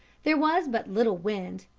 there was but little wind,